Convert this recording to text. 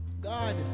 God